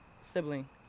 sibling